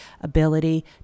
ability